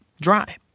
dry